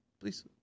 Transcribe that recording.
Please